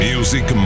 Music